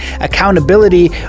accountability